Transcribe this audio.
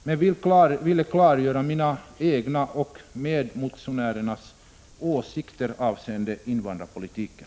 Jag ville bara klargöra mina egna och medmotionärernas åsikter avseende invandrarpolitiken.